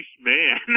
man